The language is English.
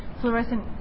fluorescent